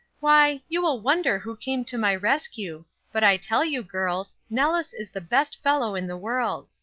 why, you will wonder who came to my rescue but i tell you, girls, nellis is the best fellow in the world.